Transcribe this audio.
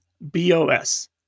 BOS